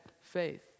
faith